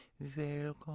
welcome